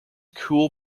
cool